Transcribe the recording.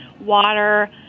water